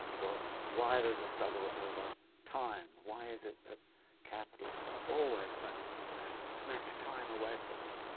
or why there is a struggle over time, why is it that capitalists are always trying to snatch time away from you,